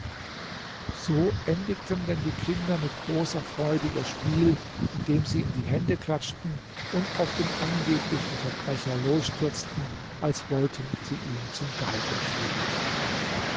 so endigten denn die kinder mit großer freude ihr spiel indem sie in die hände klatschten und auf den angeblichen verbrecher losstürzten als wollten sie ihn zum galgen führen